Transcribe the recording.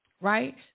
Right